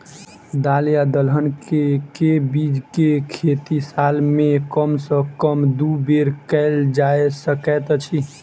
दल या दलहन केँ के बीज केँ खेती साल मे कम सँ कम दु बेर कैल जाय सकैत अछि?